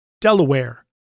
Delaware